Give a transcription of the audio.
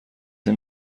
این